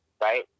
right